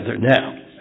now